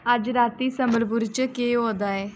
अज्ज राती संबलपुर च केह् होआ दा ऐ